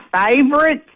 favorite